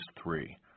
three